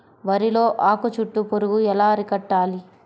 వరిలో ఆకు చుట్టూ పురుగు ఎలా అరికట్టాలి?